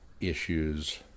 issues